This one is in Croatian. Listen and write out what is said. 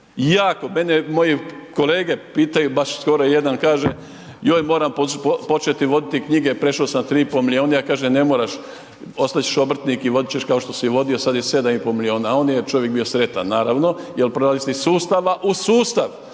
Ako mene moji kolege pitaju baš skoro jedan kaže, joj moram početi voditi knjige prešao sam 3,5 milijuna, ja kažem ne moraš ostat će obrtnik i vodit ćeš kao što si i vodio, sada je 7,5 milijuna. Onda je čovjek bio sretan naravno jel prelazite iz sustava u sustav